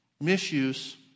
misuse